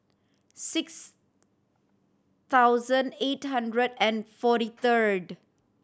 six thousand eight hundred and forty third